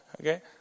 Okay